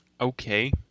Okay